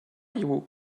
you